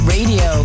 Radio